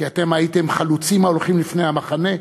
כי אתם הייתם חלוצים ההולכים לפני המחנה.